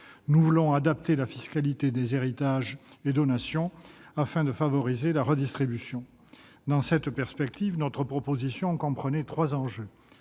Nous voulons adapter la fiscalité des héritages et donations afin de favoriser la redistribution. Dans cette perspective, notre texte comprenait trois enjeux.